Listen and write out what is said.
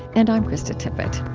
and i'm krista tippett